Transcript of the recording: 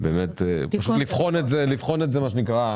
נבחן את זה.